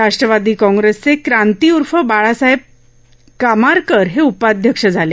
राष्ट्रवादी काँग्रेसचे क्रांती उर्फ बाळासाहेब कामारकर हे उपाध्यक्ष झाले